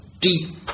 deep